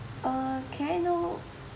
uh can I know